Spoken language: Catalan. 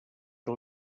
que